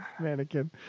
Mannequin